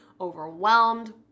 overwhelmed